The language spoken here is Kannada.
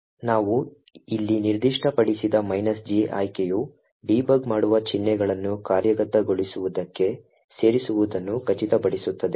ನಾವು ಇಲ್ಲಿ ನಿರ್ದಿಷ್ಟಪಡಿಸಿದ G ಆಯ್ಕೆಯು ಡೀಬಗ್ ಮಾಡುವ ಚಿಹ್ನೆಗಳನ್ನು ಕಾರ್ಯಗತಗೊಳಿಸುವುದಕ್ಕೆ ಸೇರಿಸುವುದನ್ನು ಖಚಿತಪಡಿಸುತ್ತದೆ